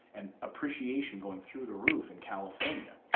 an appreciation going through the roof in california,